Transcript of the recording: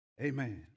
Amen